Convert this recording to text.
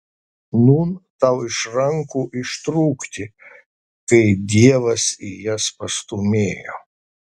nūn tau iš rankų ištrūkti kai dievas į jas pastūmėjo